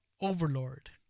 Overlord